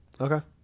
Okay